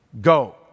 Go